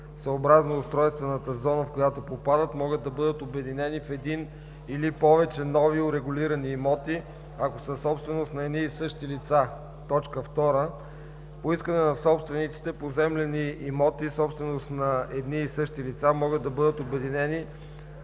съобразно устройствената зона, в която попадат, могат да бъдат обединени в един или повече нови урегулирани имоти, ако са собственост на едни и същи лица; 2. по искане на собствениците поземлени имоти, собственост на едни и същи лица, могат да бъдат обединени